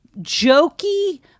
jokey